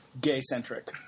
gay-centric